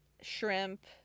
shrimp